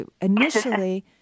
initially